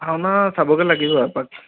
ভাওনা চাবগৈ লাগিব এপাক